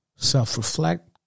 self-reflect